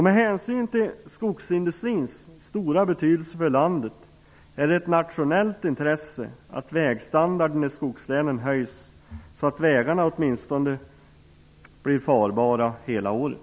Med hänsyn till skogsindustrins stora betydelse för landet är det av nationellt intresse att vägstandarden i skogslänen höjs, så att vägarna åtminstone blir farbara hela året.